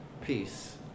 peace